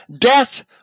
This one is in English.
Death